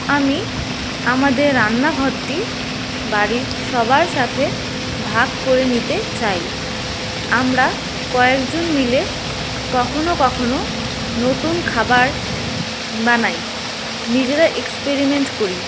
আমি আমাদের রান্নাঘরটি বাড়ির সবার সাথে ভাগ করে নিতে চাই আমরা কয়েকজন মিলে কখনো কখনো নতুন খাবার বানাই নিজেরা এক্সপেরিমেন্ট করি